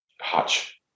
hutch